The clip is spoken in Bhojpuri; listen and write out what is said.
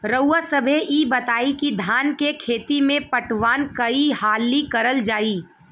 रउवा सभे इ बताईं की धान के खेती में पटवान कई हाली करल जाई?